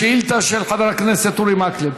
בשאילתה של חבר הכנסת אורי מקלב.